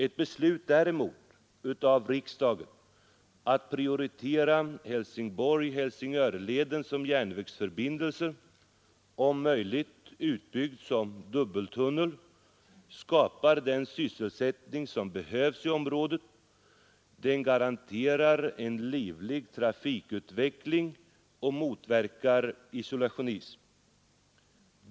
Ett beslut däremot av riksdagen att prioritera Helsingborg— Helsingör-leden som järnvägsförbindelse — om möjligt utbyggd som dubbeltunnel — skapar den sysselsättning som behövs i området. Den garanterar en livlig trafikutveckling och motverkar isolationism.